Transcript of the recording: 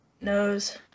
knows